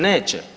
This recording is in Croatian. Neće.